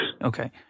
Okay